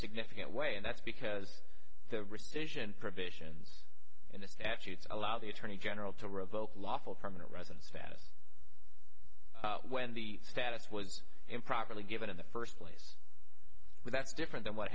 significant way and that's because the rescission provisions in the statutes allow the attorney general to revoke lawful permanent resident status when the status was improperly given in the first place but that's different than what